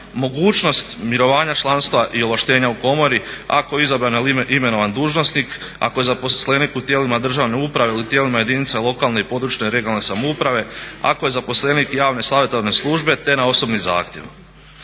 mogućnost mirovanja članstva i ovlaštenja u komori ako je izabran ili imenovan dužnosnik, ako je zaposlenik u tijelima državne uprave ili tijelima državne uprave ili tijelima lokalne i područne regionalne samouprave, ako je zaposlenik javne savjetodavne službe te na osobni zahtjev.